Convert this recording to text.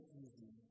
easy